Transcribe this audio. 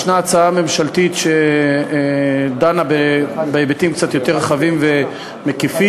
יש הצעה ממשלתית שדנה בהיבטים קצת יותר רחבים ומקיפים,